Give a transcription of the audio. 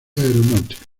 aeronáutica